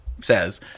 says